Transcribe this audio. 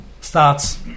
starts